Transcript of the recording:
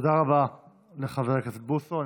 תודה רבה לחבר הכנסת בוסו.